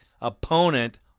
opponent